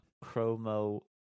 Chromo